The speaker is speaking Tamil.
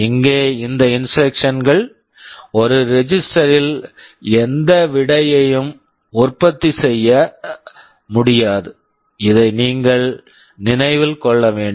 இங்கே இந்த இன்ஸ்ட்ரக்க்ஷன்ஸ் instructions கள் ஒரு ரெஜிஸ்டர் register ல் எந்த விடையையும் உற்பத்தி செய்யாது இதை நீங்கள் நினைவில் கொள்ள வேண்டும்